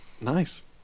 Nice